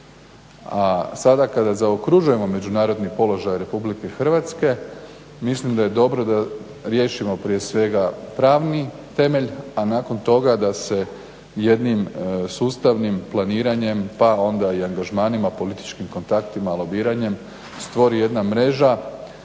A sada kada zaokružujemo međunarodni položaj Republike Hrvatske mislim da je dobro da riješimo prije svega pravni temelj a nakon toga da se jednim sustavnim planiranjem pa onda i angažmanima, političkim kontaktima, lobiranjem stvori jedna mreža